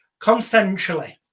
consensually